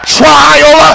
trial